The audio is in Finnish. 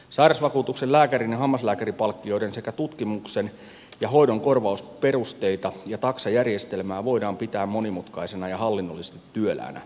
sairausvakuutuksen lääkärin ja hammaslääkärinpalkkioiden sekä tutkimuksen ja hoidon korvausperusteita ja taksajärjestelmää voidaan pitää monimutkaisina ja hallinnollisesti työläinä